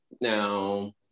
now